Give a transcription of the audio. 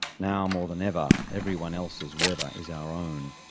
now more than ever everyone else's weather is our own.